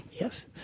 Yes